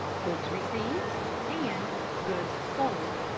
goods received and goods sold.